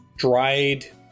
Dried